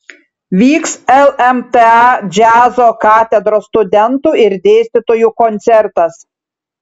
vyks lmta džiazo katedros studentų ir dėstytojų koncertas